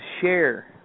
share